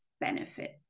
benefit